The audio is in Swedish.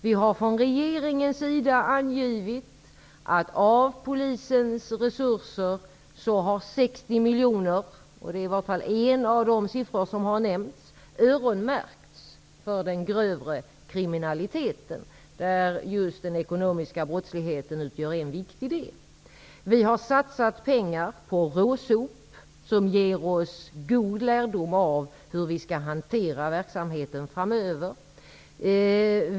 Vi har från regeringens sida angivit att av de resurser som har avsatts för polisen har 60 miljoner -- det är en av de siffror som har nämnts -- öronmärkts för bekämpningen av den grövre kriminaliteten. Den ekonomiska brottsligheten utgör en viktig del. Vi har satsat pengar på RÅSOP. Det ger oss goda lärdomar om hur vi skall hantera verksamheten framöver.